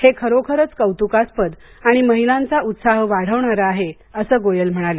हे खरोखरच कौतुकास्पद आणि महिलांचा उत्साह वाढवणारं आहे असं गोयल म्हणाले